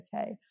okay